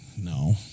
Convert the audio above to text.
no